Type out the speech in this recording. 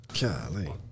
Golly